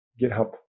GitHub